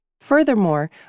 Furthermore